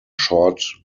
short